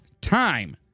time